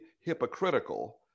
hypocritical